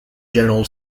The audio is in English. general